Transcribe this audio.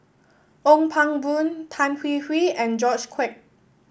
Ong Pang Boon Tan Hwee Hwee and George Quek